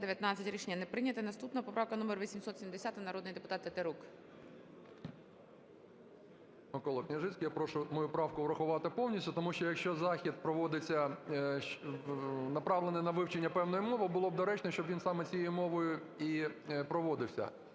За-19 Рішення не прийнято. Наступна поправка - номер 870, народний депутат Тетерук. 11:07:16 ТЕТЕРУК А.А. Микола Княжицький, я прошу мою правку врахувати повністю, тому що, якщо захід проводиться, направлений на вивчення певної мови, було б доречно, щоб він саме цією мовою і проводився.